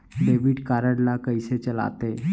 Debit card ला कइसे चलाते?